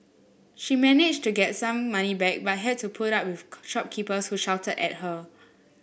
she managed to get some money back but had to put up with shopkeepers who shouted at her